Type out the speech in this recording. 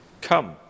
Come